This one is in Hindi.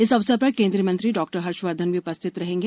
इस अवसर पर केन्द्रीय मंत्री डॉक्टर हर्षवर्धन भी उपस्थित रहेंगे